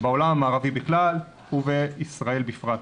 בעולם המערבי בכלל ובישראל בפרט.